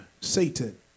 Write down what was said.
Satan